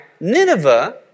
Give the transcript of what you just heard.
Nineveh